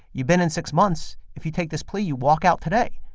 you've been in six months. if you take this plea, you walk out today.